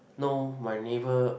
know my neighbour